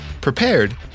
prepared